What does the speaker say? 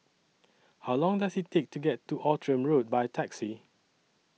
How Long Does IT Take to get to Outram Road By Taxi